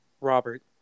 Robert